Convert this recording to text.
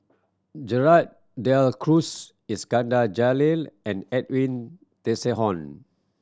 Gerald De Cruz Iskandar Jalil and Edwin Tessensohn